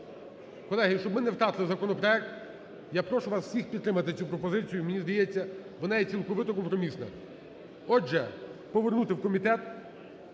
Колеги, щоб ми не втратили законопроект, я прошу вас всіх підтримати цю пропозицію, мені здається, вона є цілковито компромісна. Отже, повернути у комітет,